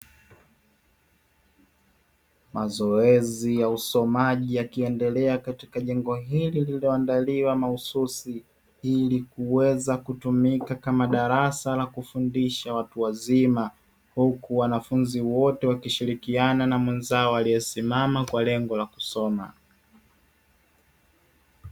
Mazoezi ya usomaji yakiendelea katika jengo hili lililoandaliwa mahususi ili kuweza kutumika kama darasa la kufundisha watu wazima huku wanafunzi wote wakishirikiana na mwenzao aliyesimama katika lengo la kusoma.